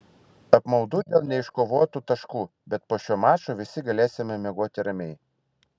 apmaudu dėl neiškovotų taškų bet po šio mačo visi galėsime miegoti ramiai